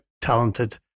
talented